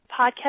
podcast